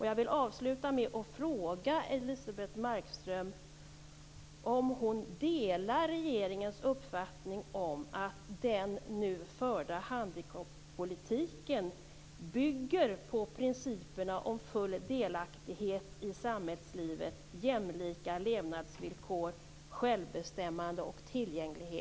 Jag vill avsluta med att fråga Elisebeht Markström om hon delar regeringens uppfattning om att den nu förda handikappolitiken bygger på principerna om full delaktighet i samhällslivet, jämlika levnadsvillkor, självbestämmande och tillgänglighet.